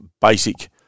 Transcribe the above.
basic